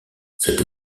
cette